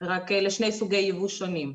רק לשני סוגי ייבוא שונים.